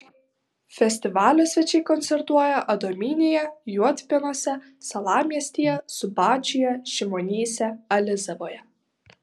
festivalio svečiai koncertuoja adomynėje juodpėnuose salamiestyje subačiuje šimonyse alizavoje